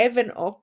אבן אוק